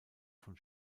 von